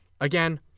Again